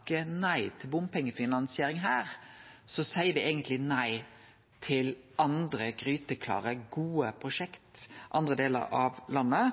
takkar nei til bompengefinansiering her, seier me eigentleg nei til andre gryteklare, gode prosjekt i andre delar av landet,